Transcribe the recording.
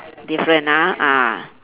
different ah ah